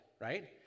right